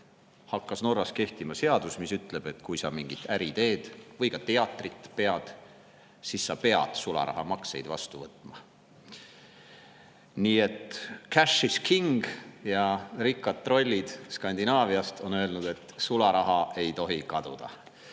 hakkas Norras kehtima seadus, mis ütleb, et kui sa mingit äri teed, kas või teatrit pead, siis sa pead sularahamakseid vastu võtma. Nii etcash is kingja rikkad trollid Skandinaaviast on öelnud, et sularaha ei tohi kaduda.